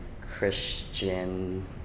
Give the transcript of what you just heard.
Christian